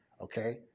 Okay